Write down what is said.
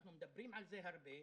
אנחנו מדברים על זה הרבה,